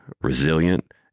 resilient